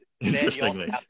interestingly